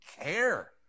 care